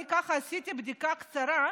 אני עשיתי בדיקה קצרה,